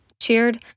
cheered